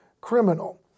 criminal